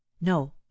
No